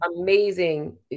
amazing